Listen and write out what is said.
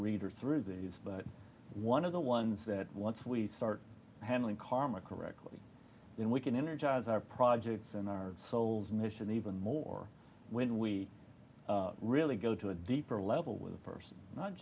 reader through these but one of the ones that once we start handling karma correctly then we can energize our projects and our souls mission even more when we really go to a deeper level with a person not